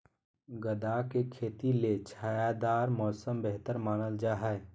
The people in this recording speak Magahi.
गदा के खेती ले छायादार मौसम बेहतर मानल जा हय